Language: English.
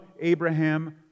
Abraham